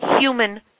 human